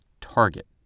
target